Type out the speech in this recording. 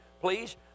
please